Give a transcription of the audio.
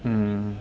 mmhmm